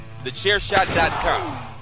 TheChairShot.com